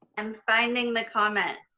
i'm finding the comment.